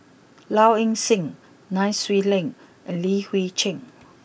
Low Ing sing Nai Swee Leng and Li Hui Cheng